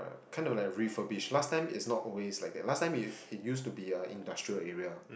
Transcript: kind of like refurbished last time it's not always like that last time it it used to be a industrial area